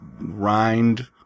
rind